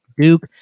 Duke